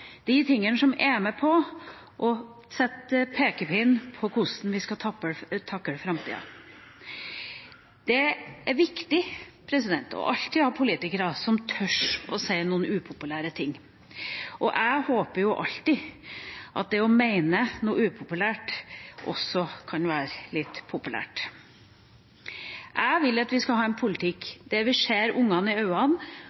de tingene som er med på å gi en pekepinn om hvordan vi skal takle framtida. Det er viktig alltid å ha politikere som tør å si noe upopulært, og jeg håper jo alltid at det å mene noe upopulært også kan være litt populært. Jeg vil at vi skal ha en politikk